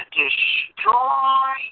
destroy